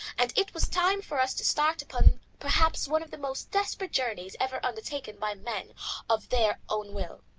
and it was time for us to start upon perhaps one of the most desperate journeys ever undertaken by men of their own will.